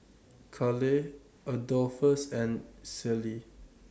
Caleigh Adolphus and Celie